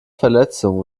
verletzung